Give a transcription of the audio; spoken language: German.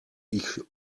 ich